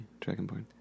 Dragonborn